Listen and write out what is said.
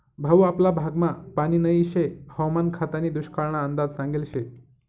भाऊ आपला भागमा पानी नही शे हवामान खातानी दुष्काळना अंदाज सांगेल शे